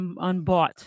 unbought